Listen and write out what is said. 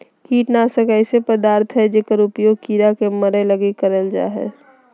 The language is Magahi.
कीटनाशक ऐसे पदार्थ हइंय जेकर उपयोग कीड़ा के मरैय लगी करल जा हइ